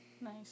Nice